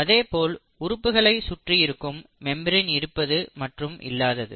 அதேபோல் உறுப்புகளை சுற்றியிருக்கும் மெம்பரேன் இருப்பது மற்றும் இல்லாதது